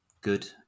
good